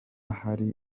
hari